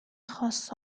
خاص